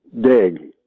Dig